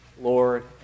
Lord